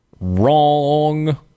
Wrong